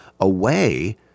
away